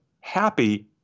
happy